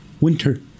winter